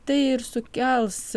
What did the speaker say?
tai ir sukels